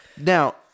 Now